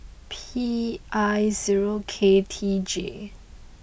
P I zero K T J